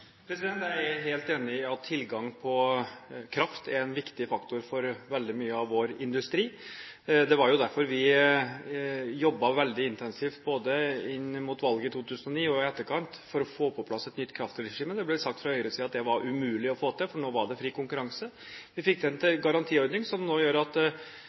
Jeg er helt enig i at tilgang på kraft er en viktig faktor for veldig mye av vår industri. Det var derfor vi jobbet veldig intensivt, både mot valget i 2009 og i etterkant, for å få på plass et nytt kraftregime. Det ble sagt fra høyresiden at det var umulig å få til, for nå var det fri konkurranse. Vi fikk til en garantiordning som nå gjør at